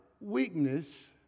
weakness